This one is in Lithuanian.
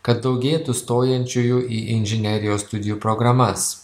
kad daugėtų stojančiųjų į inžinerijos studijų programas